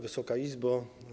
Wysoka Izbo!